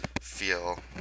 feel